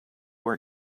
our